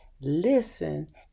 listen